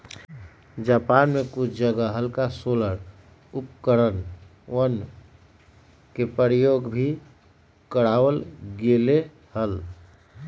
Japan में कुछ जगह हल्का सोलर उपकरणवन के प्रयोग भी करावल गेले हल